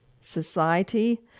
society